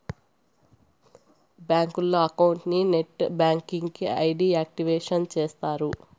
బ్యాంకులో అకౌంట్ కి net banking కి ఐ.డి యాక్టివేషన్ చేస్తారు